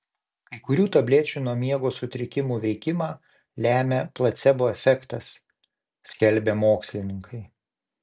kai kurių tablečių nuo miego sutrikimų veikimą lemią placebo efektas skelbia mokslininkai